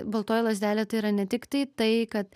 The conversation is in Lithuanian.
baltoji lazdelė tai yra ne tiktai tai kad